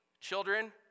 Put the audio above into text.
children